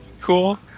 cool